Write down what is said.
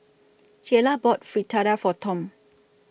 Jaylah bought Fritada For Tom